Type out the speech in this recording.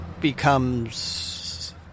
becomes